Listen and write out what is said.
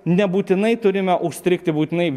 nebūtinai turime užstrigti būtinai